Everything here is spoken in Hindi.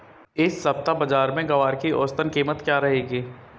इस सप्ताह बाज़ार में ग्वार की औसतन कीमत क्या रहेगी?